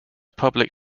public